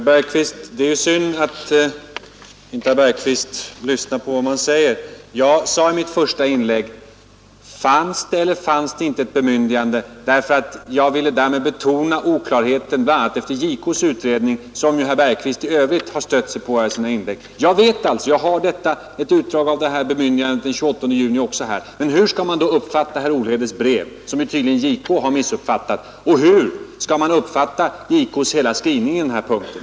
Herr talman! Det är synd att herr Bergqvist inte lyssnar på vad man säger. Jag sade i mitt första inlägg: Fanns det eller fanns det inte ett bemyndigande? Jag ville därmed betona oklarheten bl.a. efter JK:s utredning som ju herr Bergqvist i övrigt har stött sig på i sina inlägg. Även jag har ett utdrag av detta bemyndigande av den 28 juni. Men hur skall man uppfatta herr Olhedes brev? JK har tydligen missuppfattat det. Och hur skall man uppfatta JK:s hela skrivning på denna punkt?